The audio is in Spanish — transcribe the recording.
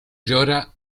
llora